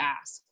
ask